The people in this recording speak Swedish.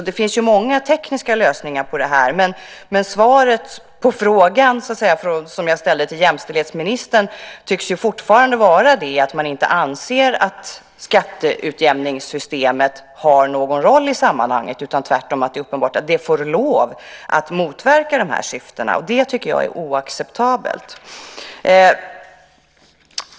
Det finns många tekniska lösningar på detta, men svaret på den fråga som jag ställde till jämställdhetsministern tycks fortfarande vara att man inte anser att skatteutjämningssystemet har någon roll i sammanhanget. Tvärtom är det uppenbart att det får lov att motverka dessa syften. Det tycker jag är oacceptabelt.